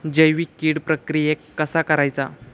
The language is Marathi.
जैविक कीड प्रक्रियेक कसा करायचा?